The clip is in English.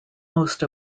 most